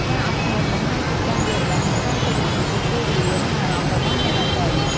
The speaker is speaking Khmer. ការអត់ធ្មត់បង្ហាញពីការយល់ដឹង និងការគោរពចំពោះពេលវេលា និងអារម្មណ៍របស់អ្នកដទៃ។